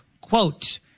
Quote